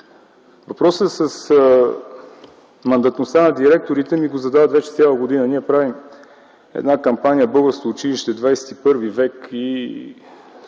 Въпросът с мандатността на директорите ми го задават вече цяла година. Ние правим една кампания „Българско училище – ХХІ век” и